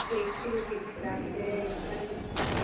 eighty روپے کے حساب سے